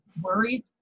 worried